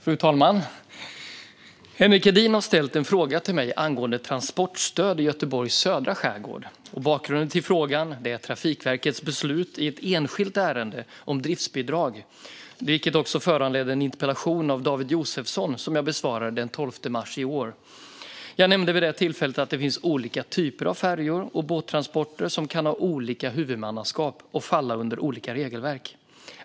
Fru talman! Henrik Edin har ställt en fråga till mig angående transportstöd i Göteborgs södra skärgård. Bakgrunden till frågan är Trafikverkets beslut i ett enskilt ärende om driftsbidrag, vilket också föranledde en interpellation av David Josefsson som jag besvarade den 12 mars i år. Jag nämnde vid det tillfället att det finns olika typer av färjor och båttransporter som kan ha olika huvudmannaskap och falla under olika regelverk.